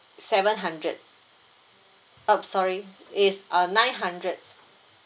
seven hundred oh sorry is uh nine hundreds